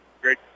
Great